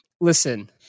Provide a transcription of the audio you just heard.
Listen